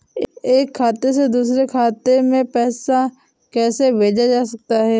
एक खाते से दूसरे खाते में पैसा कैसे भेजा जा सकता है?